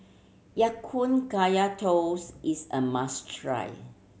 Ya Kun Kaya Toast is a must try